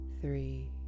three